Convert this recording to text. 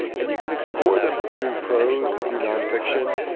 and you can explore them through prose and through nonfiction.